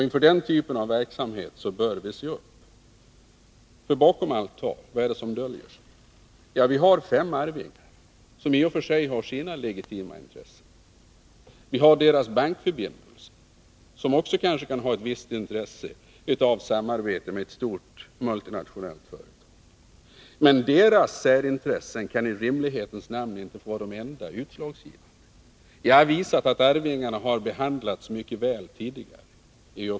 Inför den typen av verksamhet bör vi se upp. För vad är det som döljer sig bakom allt tal? Ja, det finns fem arvingar till företaget, som i och för sig har sina legitima intressen. Deras bankförbindelser kanske också kan ha ett visst intresse av samarbete med ett stort multinationellt företag. Men deras särintressen kan i rimlighetens namn inte få vara de enda utslagsgivande. Vi har visat att arvingarna tidigare har behandlats mycket väl.